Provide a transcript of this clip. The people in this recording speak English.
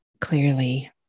clearly